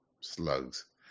slugs